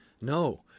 No